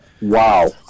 Wow